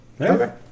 Okay